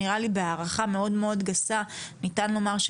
נראה לי שניתן לומר בהערכה מאוד-מאוד גסה,